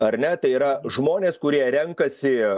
ar ne tai yra žmonės kurie renkasi